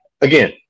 Again